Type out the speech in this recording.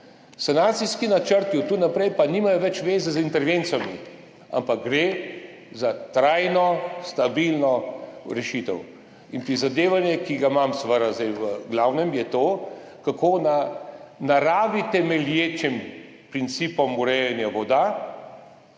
Sanacijski načrti od tu naprej pa nimajo več zveze z intervencijami, ampak gre za trajno, stabilno rešitev. Prizadevanje, ki ga imam seveda zdaj v glavnem, je to, kako na naravi temelječih principih urejanja voda